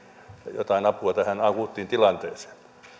jotain apua tähän akuuttiin tilanteeseen